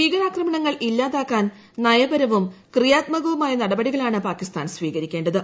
ഭീകരാക്രമണങ്ങൾ ഇല്ലാതൃജ്ക്ക്ട്ൻ നയപരവും ക്രിയാത്മകവുമായ നടപടികളാണ് പ്പാക്കിസ്ഥാൻ സ്വീകരിക്കേണ്ടത്